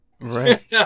right